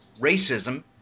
racism